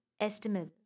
estimable